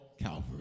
Calvary